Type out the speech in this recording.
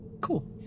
Cool